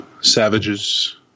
savages